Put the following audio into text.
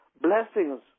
blessings